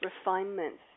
refinements